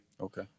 Okay